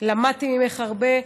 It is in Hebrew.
למדתי ממך הרבה,